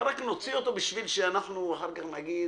אבל רק נוציא אותו בשביל שאנחנו אחר כך נגיד,